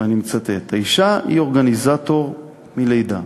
ואני מצטט: "האישה היא 'אורגניזטור' מלידה.